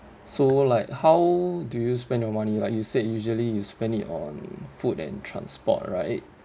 so like how do you spend your money like you said usually you spend it on food and transport right